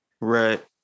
right